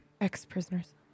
Ex-prisoners